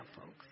folks